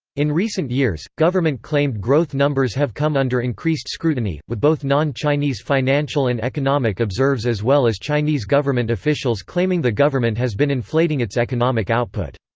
in recent years, government claimed growth numbers have come under increased scrutiny, with both non-chinese financial and economic observes as well as chinese government officials claiming the government has been inflating its economic output.